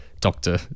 doctor